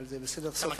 אבל זה סוף היום.